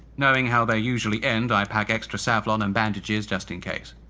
knowing how they usually end, i pack extra savlon and bandages just in case.